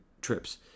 trips